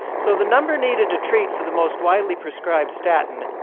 so the number needed to treat for the most widely prescribed statin,